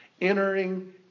entering